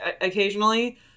occasionally